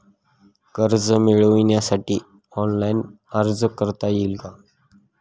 कर्ज मिळविण्यासाठी ऑनलाइन अर्ज करता येईल का?